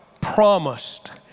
promised